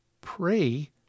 pray